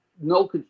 no